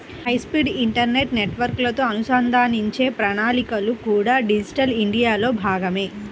high speed internet నెట్వర్క్లతో అనుసంధానించే ప్రణాళికలు కూడా డిజిటల్ ఇండియాలో భాగమే